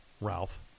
Ralph